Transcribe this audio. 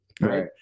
Right